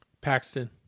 Paxton